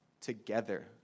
together